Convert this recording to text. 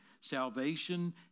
salvation